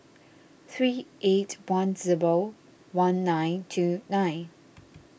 three eight one zero one nine two nine